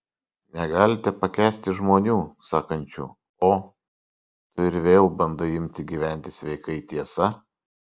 negalite pakęsti žmonių sakančių o tu ir vėl bandai imti gyventi sveikai tiesa